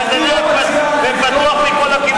זה פתוח מכל הכיוונים.